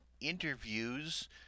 interviews